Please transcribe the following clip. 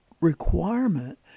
requirement